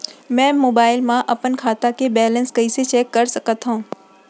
मैं मोबाइल मा अपन खाता के बैलेन्स कइसे चेक कर सकत हव?